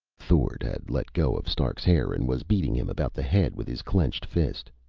thord had let go of stark's hair and was beating him about the head with his clenched fist.